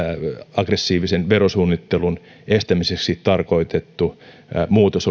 aggressiivisen verosuunnittelun estämiseksi tarkoitettu muutos